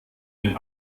den